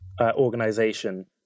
organization